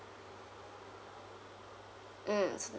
mm